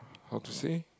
how to say